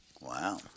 Wow